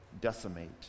decimate